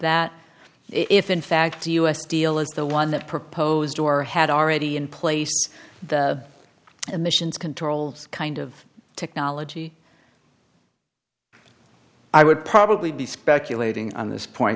that if in fact the us deal is the one that proposed or had already in place the emissions controls kind of technology i would probably be speculating on this point